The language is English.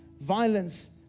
violence